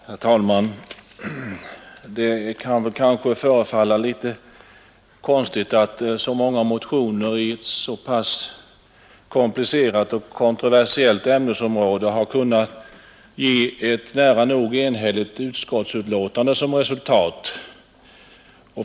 Herr talman! Det kan kanske förefalla litet konstigt att så många motioner på ett så pass komplicerat och kontroversiellt ämnesområde har kunnat ge ett nära nog enhälligt utskottsutlåtande som resultat.